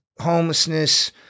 homelessness